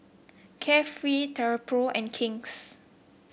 Carefree Travelpro and King's